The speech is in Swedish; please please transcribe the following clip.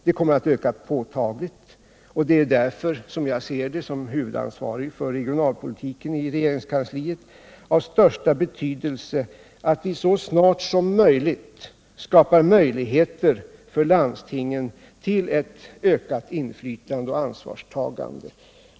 Det kommer att öka påtagligt, och det är därför som jag som huvudansvarig för regionalpolitiken i regeringskansliet anser det vara av största betydelse att vi så snart som möjligt skapar möjligheter för landstingen till ett ökat inflytande och ansvarstagande.